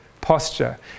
posture